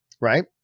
right